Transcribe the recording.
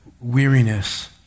weariness